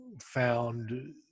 found